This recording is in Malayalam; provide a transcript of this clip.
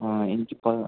ആ എനിക്ക്